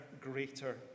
greater